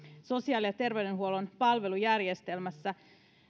sosiaali ja terveydenhuollon palvelujärjestelmässä